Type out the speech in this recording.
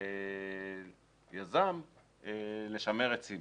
ליזם לשמר עצים.